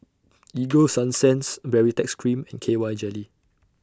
Ego Sunsense Baritex Cream and K Y Jelly